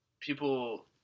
people